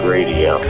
Radio